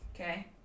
okay